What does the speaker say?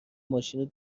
ماشینو